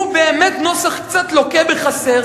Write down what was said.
הוא באמת נוסח קצת לוקה בחסר,